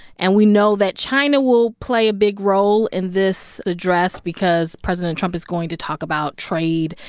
and we know that china will play a big role in this address because president trump is going to talk about trade,